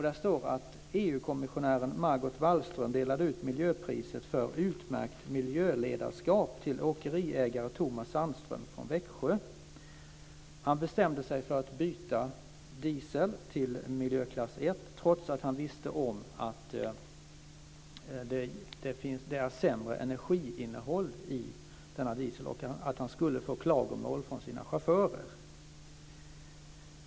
Där står att EU-kommissionären Växjö. Han bestämde sig för att byta diesel, till miljöklass 1, trots att han visste om att det är ett sämre energiinnehåll i denna diesel och att han skulle få klagomål från sina chaufförer.